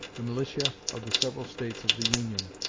the militia of the several states of the union,